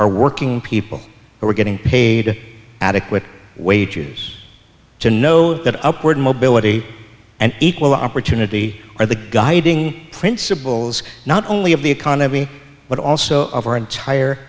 are working people who are getting paid adequate wagers to know that upward mobility and equal opportunity are the guiding principles not only of the economy but also of our entire